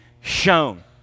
shown